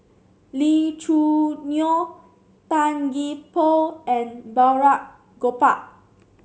Lee Choo Neo Tan Gee Paw and Balraj Gopal